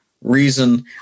reason